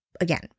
again